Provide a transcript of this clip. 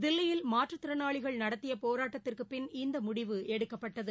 தில்லியில் மாற்றத்திறனாளிகள் நடத்திய போராட்டத்திற்கு பின் இந்த முடிவு எடுக்கப்பட்டது